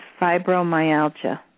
fibromyalgia